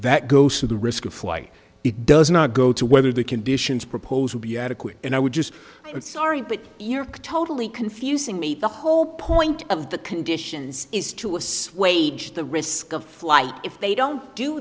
that goes to the risk of flight it does not go to whether the conditions propose would be adequate and i would just i'm sorry but you're totally confusing me the whole point of the conditions is to assuage the risk of flight if they don't do